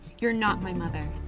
you're not my mother.